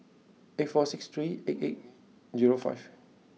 eight four six three eight eight zero five